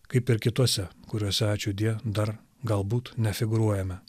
kaip ir kituose kuriuose ačiūdie dar galbūt nefigūruojame